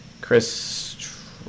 Chris